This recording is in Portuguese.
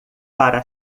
para